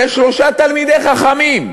זה שלושה תלמידי חכמים.